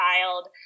child